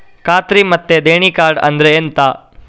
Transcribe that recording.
ಖಾತ್ರಿ ಮತ್ತೆ ದೇಣಿ ಕಾರ್ಡ್ ಅಂದ್ರೆ ಎಂತ?